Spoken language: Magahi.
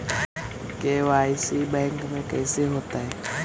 के.वाई.सी बैंक में कैसे होतै?